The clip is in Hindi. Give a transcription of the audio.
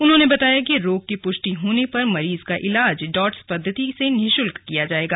उन्होंने बताया कि रोग की पुष्टि होने पर मरीज का इलाज डॉट्स पद्धति से निरूशुल्क किया जाएगा